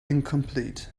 incomplete